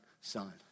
son